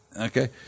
Okay